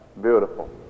Beautiful